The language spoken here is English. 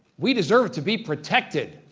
we deserve to be protected,